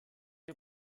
ihr